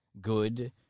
good